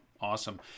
awesome